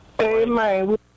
Amen